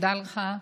תודה לך,